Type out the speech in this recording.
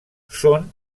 són